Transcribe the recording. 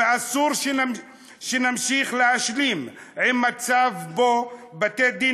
ואסור שנמשיך להשלים עם מצב שבו בתי-דין